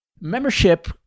Membership